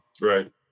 Right